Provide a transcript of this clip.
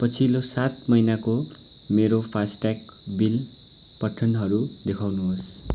पछिल्लो सात महिनाको मेरो फासट्याग बिल पठनहरू देखाउनुहोस्